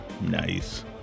Nice